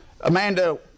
Amanda